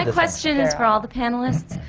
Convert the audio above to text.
and question is for all the panelists.